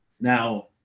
Now